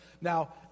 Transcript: Now